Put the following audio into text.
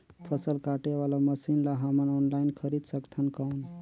फसल काटे वाला मशीन ला हमन ऑनलाइन खरीद सकथन कौन?